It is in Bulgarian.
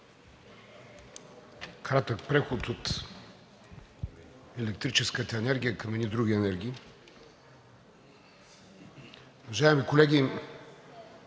Кратък преход от електрическата енергия към едни други енергии. Уважаеми колеги,